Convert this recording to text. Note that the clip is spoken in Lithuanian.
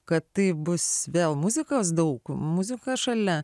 kad tai bus vėl muzikos daug muzika šalia